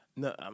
No